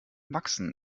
wachsen